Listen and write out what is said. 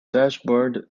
dashboard